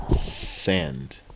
sand